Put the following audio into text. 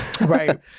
right